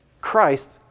Christ